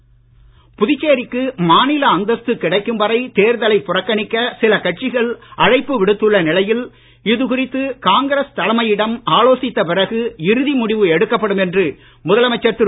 தேர்தல் புறக்கணிப்பு புதுச்சேரிக்கு மாநில அந்தஸ்து கிடைக்கும் வரை தேர்தலை புறக்கணிக்க சில கட்சிகள் அழைப்புவிடுத்துள்ள நிலையில் இது குறித்து காங்கிரஸ் தலைமையும் ஆலோசித்த பிறகு இறுதி முடிவு எடுக்கப்படும் என்று முதலமைச்சர் திரு